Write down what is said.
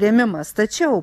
rėmimas tačiau